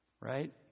right